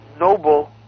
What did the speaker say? noble